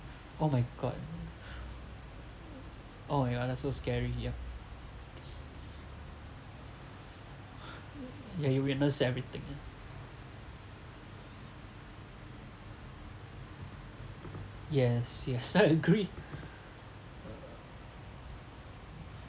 oh my god oh yeah that's so scary ya ya you witness everything yes yes I agree